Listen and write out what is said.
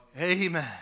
Amen